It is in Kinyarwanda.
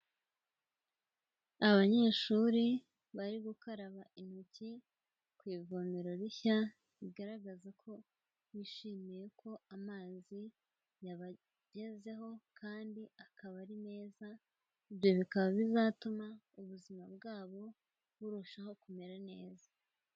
Abanyeshuri bari gukaraba intoki ku ivomero rishya, bigaragaza ko bishimiye ko amazi yabagezeho kandi akaba ari meza, ibyo bikaba bizatuma ubuzima bwabo, burushaho kumera neza.